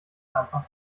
einfach